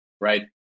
right